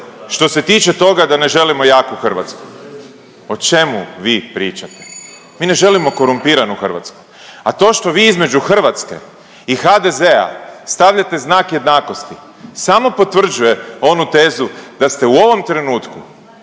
što se tiče toga da ne želimo jaku Hrvatsku, o čemu vi pričate? Mi ne želimo korumpiranu Hrvatsku. A to što vi između Hrvatske i HDZ-a stavljate znak jednakosti samo potvrđuje onu tezu da ste u ovom trenutku